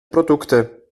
produkte